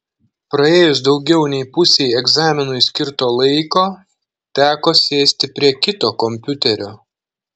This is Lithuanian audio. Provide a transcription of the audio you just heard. praėjus daugiau nei pusei egzaminui skirto laiko teko sėsti prie kito kompiuterio